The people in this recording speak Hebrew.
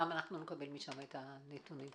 נקבל משם את הנתונים.